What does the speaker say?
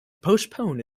postpone